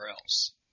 else